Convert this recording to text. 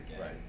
Right